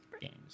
games